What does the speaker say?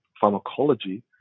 pharmacology